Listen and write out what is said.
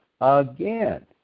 again